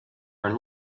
are